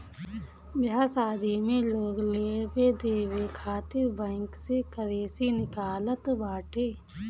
बियाह शादी में लोग लेवे देवे खातिर बैंक से करेंसी निकालत बाटे